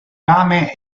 rame